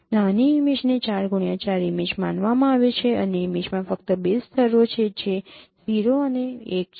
નાની ઇમેજને 4x4 image માનવામાં આવે છે અને ઇમેજમાં ફક્ત બે સ્તરો છે જે 0 અને 1 છે